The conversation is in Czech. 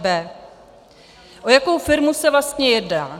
O jakou firmu se vlastně jedná?